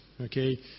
Okay